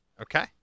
Okay